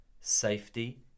safety